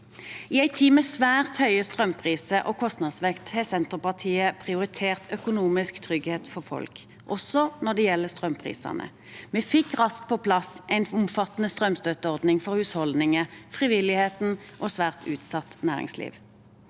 I en tid med svært høye strømpriser og kostnadsvekst har Senterpartiet prioritert økonomisk trygghet for folk, også når det gjelder strømprisene. Vi fikk raskt på plass en omfattende strømstøtteordning for husholdninger, frivilligheten og svært utsatt næringsliv.